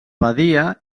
badia